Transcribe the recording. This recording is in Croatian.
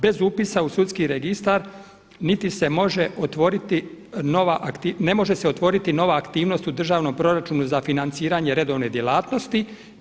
Bez upisa u sudski registar niti se može otvoriti nova, ne može se otvoriti nova aktivnost u državnom proračunu za financiranje redovne djelatnosti.